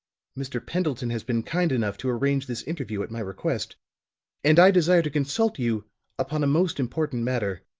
mr. pendleton has been kind enough to arrange this interview at my request and i desire to consult you upon a most important matter